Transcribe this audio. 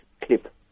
clip